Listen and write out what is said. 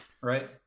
right